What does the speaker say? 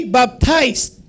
baptized